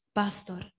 pastor